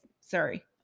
sorry